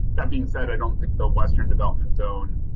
that being said, i don't think the western development zone.